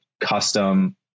custom